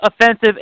offensive